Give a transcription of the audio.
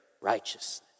righteousness